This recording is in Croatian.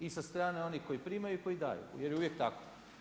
I sa strane onih koji primaju i koji daju, jer je uvijek tako.